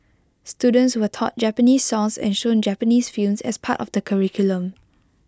students were taught Japanese songs and shown Japanese films as part of the curriculum